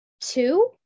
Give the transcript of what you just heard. Two